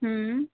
हम्म